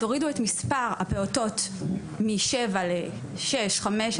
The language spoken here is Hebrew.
תורידו את מספר הפעוטות משבע לשש או חמש,